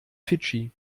fidschi